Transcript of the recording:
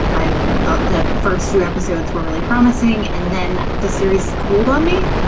i thought the first two episodes were really promising. and then the series cooled on me.